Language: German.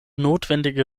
notwendige